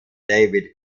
david